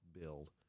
build